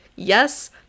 Yes